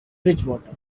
bridgewater